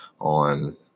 on